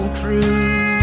true